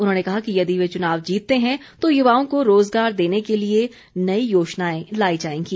उन्होंने कहा कि यदि वे चुनाव जीतते हैं तो युवाओं को रोजगार देने के लिए नई योजनाएं लाई जाएंगी